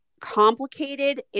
complicated